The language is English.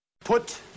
Put